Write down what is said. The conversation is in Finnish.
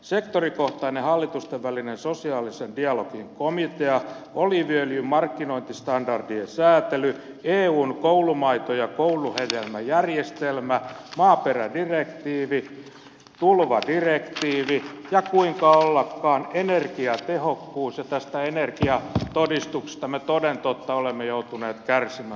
sektorikohtainen hallitustenvälinen sosiaalisen dialogin komitea oliiviöljyn markkinointistandardien säätely eun koulumaito ja kouluhedelmäjärjestelmä maaperädirektiivi tulvadirektiivi ja kuinka ollakaan energiatehokkuus ja tästä energiatodistuksesta me toden totta olemme joutuneet kärsimään